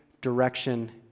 direction